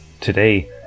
Today